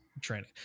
training